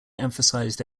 emphasised